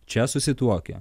čia susituokę